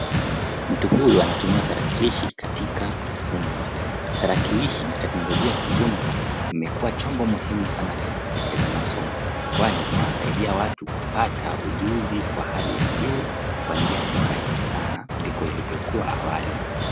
Mtu huyu anatumia tarakilishi katika ufunzi. Tarakilishi na teknolojia kwa jumla imekuwa chombo muhimu sana cha kuelekeza masomo kwani inawasaidia watu kupata ujunzi kwa hali ya juu na kwa njia ya urahisi sana kuliko ilivyokuwa awali.